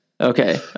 Okay